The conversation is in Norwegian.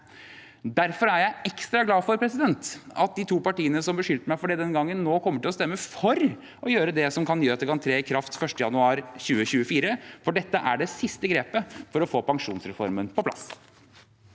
Derfor er jeg ekstra glad for at de to partiene som beskyldte meg for det den gangen, nå kommer til å stemme for, slik at dette kan tre i kraft 1. januar 2024, for dette er det siste grepet for å få pensjonsreformen på plass.